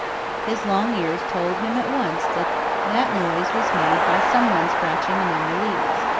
his long ears told him at once that that noise was made by some one scratching among the leaves,